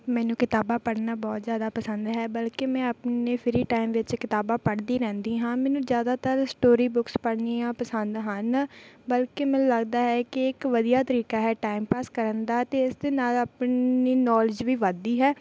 ਮੈਨੂੰ ਕਿਤਾਬਾਂ ਪੜ੍ਹਨਾ ਬਹੁਤ ਜ਼ਿਆਦਾ ਪਸੰਦ ਹੈ ਬਲਕਿ ਮੈਂ ਆਪਣੇ ਫਰੀ ਟਾਈਮ ਵਿੱਚ ਕਿਤਾਬਾਂ ਪੜ੍ਹਦੀ ਰਹਿੰਦੀ ਹਾਂ ਮੈਨੂੰ ਜ਼ਿਆਦਾਤਰ ਸਟੋਰੀ ਬੁੱਕਸ ਪੜ੍ਹਨੀਆ ਪਸੰਦ ਹਨ ਬਲਕਿ ਮੈਨੂੰ ਲੱਗਦਾ ਹੈ ਕਿ ਇੱਕ ਵਧੀਆ ਤਰੀਕਾ ਹੈ ਟਾਈਮ ਪਾਸ ਕਰਨ ਦਾ ਅਤੇ ਇਸ ਦੇ ਨਾਲ ਆਪਣੀ ਨੌਲੇਜ ਵੀ ਵੱਧਦੀ ਹੈ